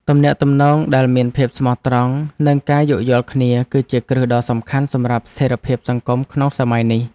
ទំនាក់ទំនងដែលមានភាពស្មោះត្រង់ និងការយោគយល់គ្នាគឺជាគ្រឹះដ៏សំខាន់សម្រាប់ស្ថិរភាពសង្គមក្នុងសម័យនេះ។